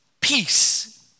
peace